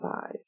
five